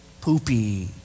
poopy